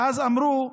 ואז אמרו: